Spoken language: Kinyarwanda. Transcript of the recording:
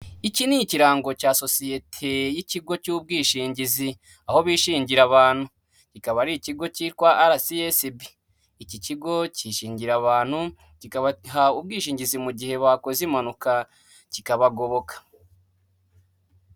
Iki ni ikirango cya sosiyete y'ikigo cy'ubwishingizi, aho bishingira abantu. Ikaba ari ikigo cyitwa arasiyesibi. Iki kigo cyishyingira abantu, kikabaha ubwishingizi mu gihe bakoze impanuka, kikabagoboka.